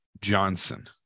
Johnson